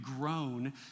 grown